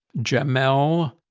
jemelle,